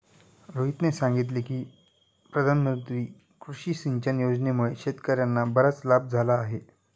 रोहितने सांगितले की प्रधानमंत्री कृषी सिंचन योजनेमुळे शेतकर्यांना बराच लाभ झाला आहे